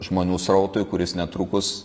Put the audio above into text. žmonių srautui kuris netrukus